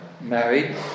married